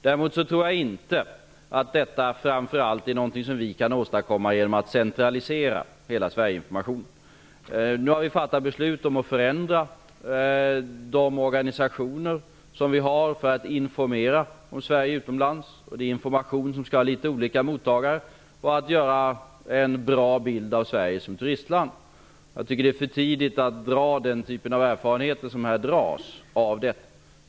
Däremot tror jag inte att detta framför allt är någonting som vi kan åstadkomma genom att centralisera hela Vi har ju fattat beslut om att förändra de organisationer som vi har för att informera om Sverige utomlands. Det är information till olika mottagare för att ge en bra bild av Sverige som turistland. Jag tycker att det är för tidigt att dra den typ av slutsatser som här dras.